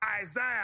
Isaiah